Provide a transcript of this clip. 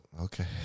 Okay